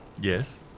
Yes